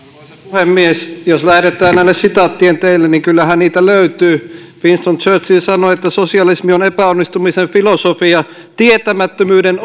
puhemies jos lähdetään näille sitaattien teille niin kyllähän niitä löytyy winston churchill sanoi että sosialismi on epäonnistumisen filosofia tietämättömyyden